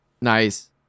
Nice